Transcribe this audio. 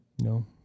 No